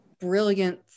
brilliant